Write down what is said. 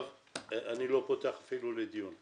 אני אפילו לא פותח דיון עליו.